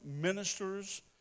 ministers